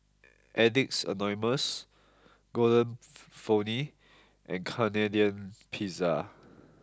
addicts Anonymous Golden Peony and Canadian Pizza